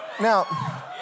now